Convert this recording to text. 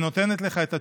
ונותנת לך את התשובה,